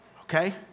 Okay